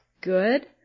good